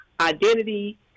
identity